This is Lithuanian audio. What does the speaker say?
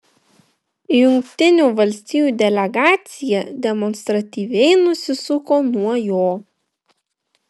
jungtinių valstijų delegacija demonstratyviai nusisuko nuo jo